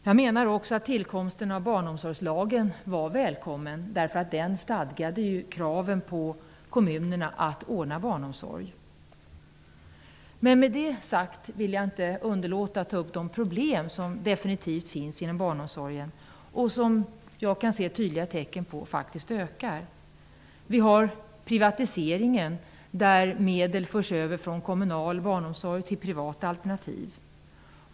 Jag menar också att tillkomsten av barnomsorgslagen var välkommen, därför att den stadgade krav på kommunerna att ordna barnomsorg. Men med det sagt vill jag inte underlåta att ta upp de problem som definitivt finns inom barnomsorgen och som -- det kan jag se tydliga tecken på -- faktiskt ökar. Det sker en privatisering, där medel förs över från kommunal barnsomsorg till privata alternativ.